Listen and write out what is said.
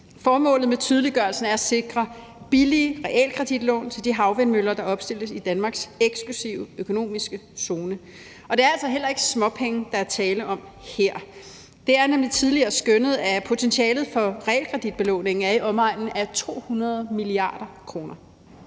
Formålet med tydeliggørelsen er at sikre billige realkreditlån til de havvindmøller, der opstilles i Danmarks eksklusive økonomiske zone. Og det er altså ikke småpenge, der er tale om her. Det er nemlig tidligere skønnet, at potentialet for realkreditbelåning er i omegnen af 200 mia. kr.